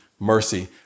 Mercy